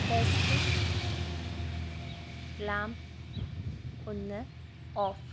desk lamp ഒന്ന് of